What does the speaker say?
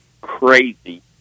crazy